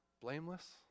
blameless